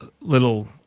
little